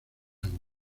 años